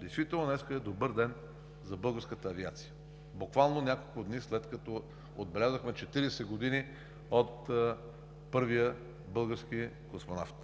Действително днес е добър ден за българската авиация, буквално няколко дни, след като отбелязахме 40 години от първия български космонавт.